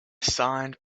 signed